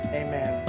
amen